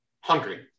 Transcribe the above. hungry